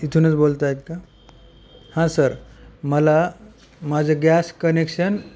इथूनच बोलत आहेत का हां सर मला माझं गॅस कनेक्शन